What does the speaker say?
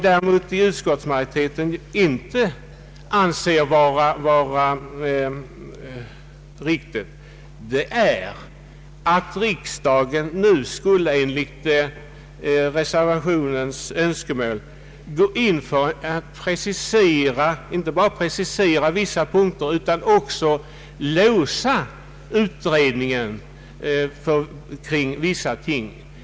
Däremot anser utskottsmajoriteten det inte riktigt att riksdagen nu i enlighet med reservanternas önskemål skulle inte bara precisera åtgärder som bör övervägas av utredningen utan även låsa utredningen på vissa punkter.